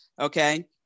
Okay